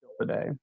today